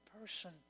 person